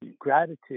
gratitude